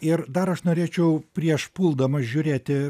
ir dar aš norėčiau prieš puldamas žiūrėti